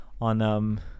on